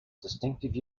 distinctive